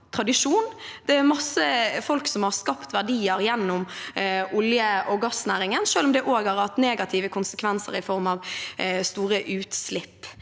tradisjon. Det er masse folk som har skapt verdier gjennom olje- og gassnæringen selv om det også har hatt negative konsekvenser i form av store utslipp.